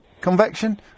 convection